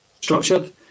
structured